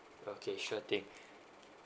okay sure thing